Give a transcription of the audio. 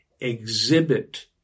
exhibit